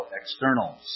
externals